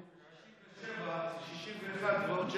67 זה 61 ועוד שבעה.